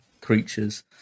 creatures